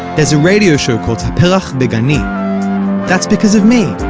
there's a radio show called ha'perach be'gani that's because of me.